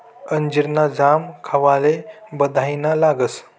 अंजीर ना जाम खावाले बढाईना लागस